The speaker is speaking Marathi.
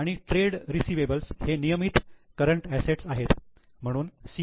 आणि ट्रेड रिसिवेबल्स हे नियमित करंट असेट्स आहेत म्हणून 'CA'